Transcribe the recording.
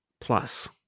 plus